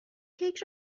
کیک